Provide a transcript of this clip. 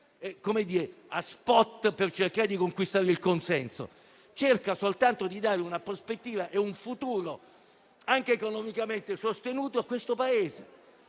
a *spot*, per cercare di conquistare il consenso, ma cerca soltanto di dare una prospettiva e un futuro, anche economicamente sostenibile, a questo Paese.